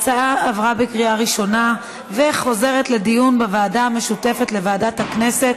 התשע"ט 2019, לוועדה המשותפת לוועדת הכנסת